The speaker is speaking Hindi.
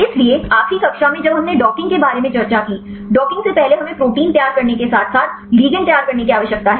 इसलिए आखिरी कक्षा में जब हमने डॉकिंग के बारे में चर्चा की डॉकिंग से पहले हमें प्रोटीन तैयार करने के साथ साथ लिगंड तैयार करने की आवश्यकता है